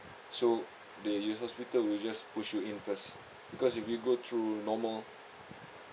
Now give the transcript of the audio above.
so the hospital will just push you in first because if you go through normal